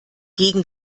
gegen